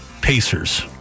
Pacers